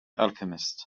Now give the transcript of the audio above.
alchemist